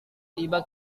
tiba